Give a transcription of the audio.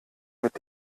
mit